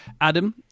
Adam